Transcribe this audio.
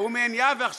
הוא מעין יהב.